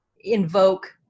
invoke